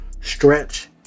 stretch